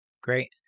Great